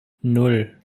nan